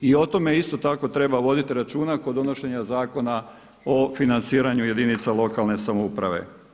I o tome isto tako treba voditi računa kod donošenja Zakona o financiranju jedinica lokalne samouprave.